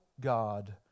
God